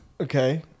Okay